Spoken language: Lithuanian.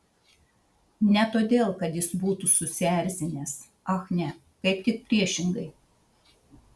ne todėl kad jis būtų susierzinęs ach ne kaip tik priešingai